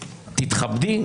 תתכבדי,